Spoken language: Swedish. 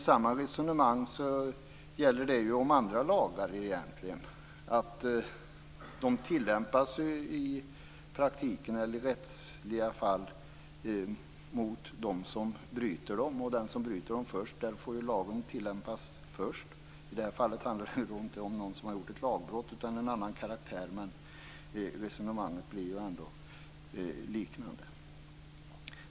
Samma resonemang gäller ju om andra lagar egentligen. De tillämpas ju i praktiken när det gäller rättsliga fall mot dem som bryter dem. Och mot dem som bryter dem först får lagen tillämpas först. I det här fallet handlar det nu inte om någon som har begått ett lagbrott, utan det har en annan karaktär. Men resonemanget blir ju ändå likartat.